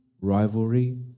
rivalry